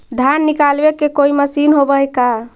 धान निकालबे के कोई मशीन होब है का?